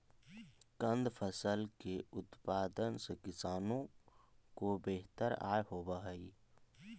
कंद फसल के उत्पादन से किसानों को बेहतर आय होवअ हई